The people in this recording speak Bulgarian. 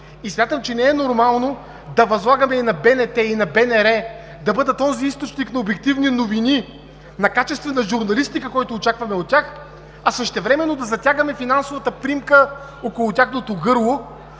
Смятам, че не е нормално да възлагаме и на БНТ, и на БНР да бъдат онзи източник на обективни новини, на качествена журналистика, който очакваме от тях, а същевременно да затягаме финансова примка около тяхното гърло.